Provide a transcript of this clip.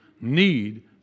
need